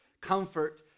Comfort